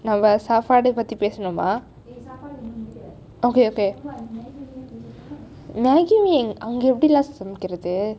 நம்ம சாப்பாடு பற்றி பேசினோமா:namma sappadu patri pesinoma okay okay maggi அங்கு எப்படி சமைக்கிறது:anku eppadi samaikirathu